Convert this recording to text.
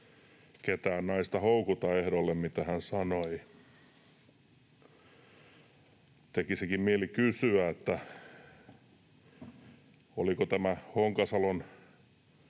ketään naista houkuta ehdolle se, mitä hän sanoi. Tekisikin mieli kysyä, oliko tämä Honkasalon